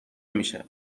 میشه